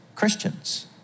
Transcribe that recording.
Christians